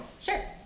Sure